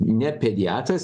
ne pediatras